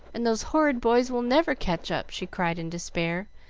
and those horrid boys will never catch up! she cried in despair,